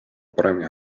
paremini